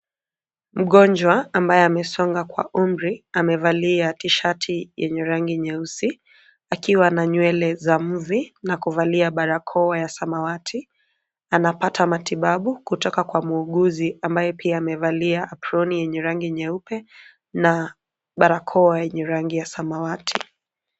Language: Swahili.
Mgonjwa ambaye amesonga kwa umri amevalia T-shirt yenye rangi nyeusi akiwa na nywele za mvi na kuvalia barakoa ya samawati anapata matibabu kutoka kwa muuguzi ambaye pia amevalia aproni yenye rangi nyeupe na barakoa yenye rangi ya samawati.